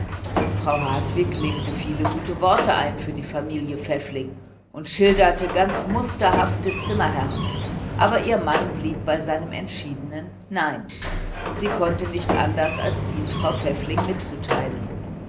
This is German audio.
frau hartwig legte viel gute worte ein für die familie pfäffling und schilderte ganz ideale zimmerherrn aber ihr mann blieb bei seinem entschiedenen nein und sie konnte nicht anders als dieses frau pfäffling mitteilen